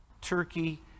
Turkey